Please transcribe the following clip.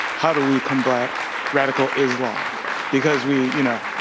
how do we combat radical islam because we you know